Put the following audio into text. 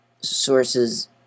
sources